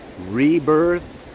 rebirth